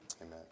Amen